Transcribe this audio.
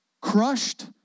crushed